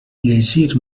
llegir